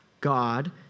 God